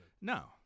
No